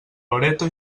loreto